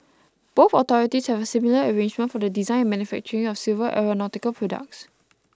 both authorities have a similar arrangement for the design and manufacturing of civil aeronautical products